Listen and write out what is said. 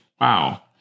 Wow